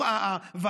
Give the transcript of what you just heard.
תוך 45 יום,